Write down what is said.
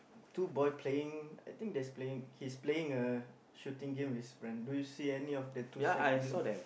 two boy playing I think there's playing he's playing a shooting game with his friend do you see any of the two sec below